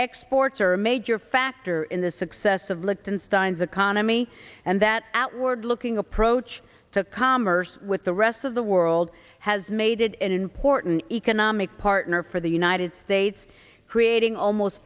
exports are a major factor in the success of lichtenstein's economy and that outward looking approach to commerce with the rest of the world has made it an important economic partner for the united states creating almost